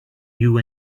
you